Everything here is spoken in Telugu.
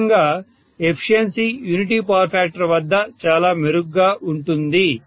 స్పష్టంగా ఎఫిషియన్సీ యూనిటీ పవర్ ఫ్యాక్టర్ వద్ద చాలా మెరుగ్గా ఉంటుంది